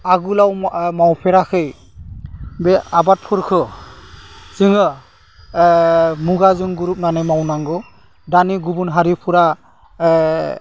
आगोलाव मावफेराखै बे आबादफोरखौ जोङो मुगाजों गोरोबनानै मावनांगौ दानि गुबुन हारिफ्रा